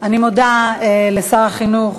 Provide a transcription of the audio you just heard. אני מודה לשר החינוך